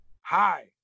hi